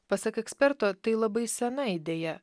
pasak eksperto tai labai sena idėja